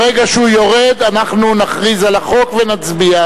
ברגע שהוא יורד, אנחנו נכריז על החוק ונצביע.